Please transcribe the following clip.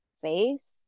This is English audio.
Face